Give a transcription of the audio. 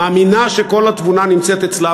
מאמינה שכל התבונה נמצאת אצלה,